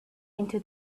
into